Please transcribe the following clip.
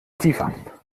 tiefer